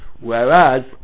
Whereas